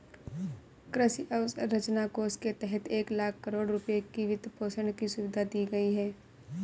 कृषि अवसंरचना कोष के तहत एक लाख करोड़ रुपए की वित्तपोषण की सुविधा दी गई है